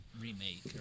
remake